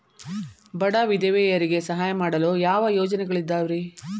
ಬಡ ವಿಧವೆಯರಿಗೆ ಸಹಾಯ ಮಾಡಲು ಯಾವ ಯೋಜನೆಗಳಿದಾವ್ರಿ?